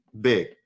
big